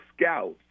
scouts